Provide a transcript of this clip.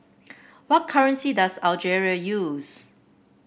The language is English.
what currency does Algeria use